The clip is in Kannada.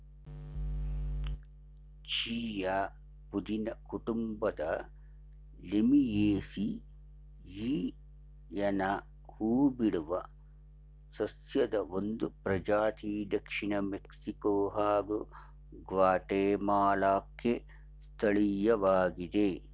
ಚೀಯಾ ಪುದೀನ ಕುಟುಂಬದ ಲೇಮಿಯೇಸಿಯಿಯನ ಹೂಬಿಡುವ ಸಸ್ಯದ ಒಂದು ಪ್ರಜಾತಿ ದಕ್ಷಿಣ ಮೆಕ್ಸಿಕೊ ಹಾಗೂ ಗ್ವಾಟೆಮಾಲಾಕ್ಕೆ ಸ್ಥಳೀಯವಾಗಿದೆ